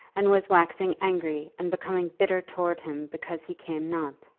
and was waxing angry and becoming bitter towards him because he came not.